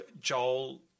Joel